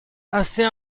assez